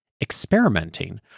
experimenting